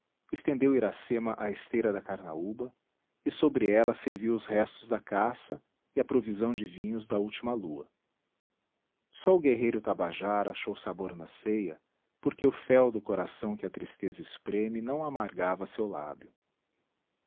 estendeu iracema a esteira da carnaúba e sobre ela serviu os restos da caça e a provisão de vinhos da última lua só o guerreiro tabajara achou sabor na ceia porque o fel do coração que a tristeza espreme não amargava seu lábio